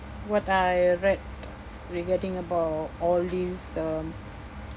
what I read regarding about all this um